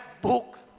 book